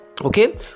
Okay